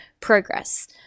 progress